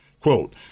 quote